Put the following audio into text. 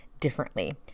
differently